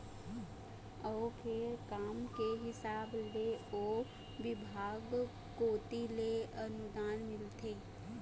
अउ फेर काम के हिसाब ले ओ बिभाग कोती ले अनुदान मिलथे